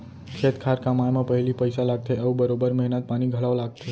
खेत खार कमाए म पहिली पइसा लागथे अउ बरोबर मेहनत पानी घलौ लागथे